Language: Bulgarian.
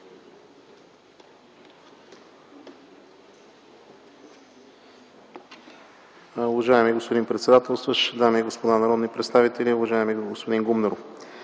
Уважаеми господин председателстващ, дами и господа народни представители, уважаеми гости! Уважаеми